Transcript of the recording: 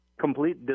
complete